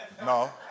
No